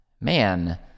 man